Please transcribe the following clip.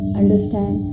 understand